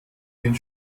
den